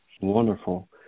Wonderful